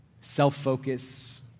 self-focus